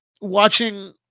watching